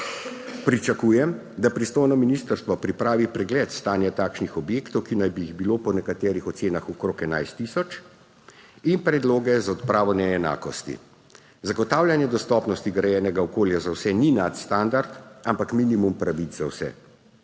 Pričakujem, da pristojno ministrstvo pripravi pregled stanja takšnih objektov, ki naj bi jih bilo po nekaterih ocenah okrog 11 tisoč, in predloge za odpravo neenakosti. Zagotavljanje dostopnosti grajenega okolja za vse ni nadstandard, ampak minimum pravic za vse.